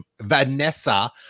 Vanessa